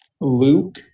Luke